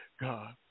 God